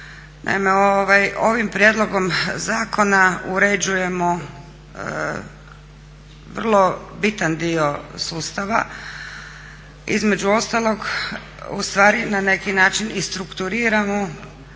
ovim prijedlogom zakona uređujemo vrlo bitan dio sustava, između ostalog ustvari na neki način i strukturiramo